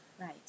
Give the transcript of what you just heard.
Right